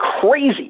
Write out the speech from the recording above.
crazy